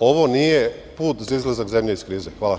Ovo nije put za izlazak zemlje iz krize. Hvala.